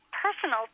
personal